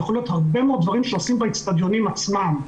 יכול להיות הרבה מאוד דברים שעושים באצטדיונים עצמם,